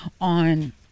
on